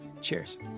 Cheers